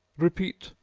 repeat,